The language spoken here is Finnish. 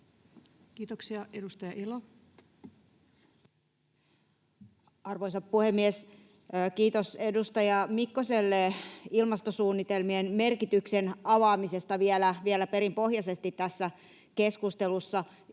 Kiitoksia. — Edustaja Elo. Arvoisa puhemies! Kiitos edustaja Mikkoselle ilmastosuunnitelmien merkityksen avaamisesta perinpohjaisesti vielä tässä keskustelussa.